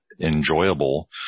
enjoyable